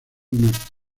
norte